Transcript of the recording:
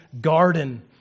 garden